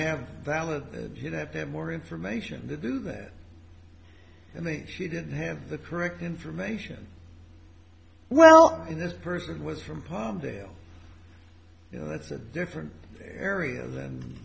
have valid you'd have to have more information to do that and she didn't have the correct information well in this person was from palmdale you know that's a different area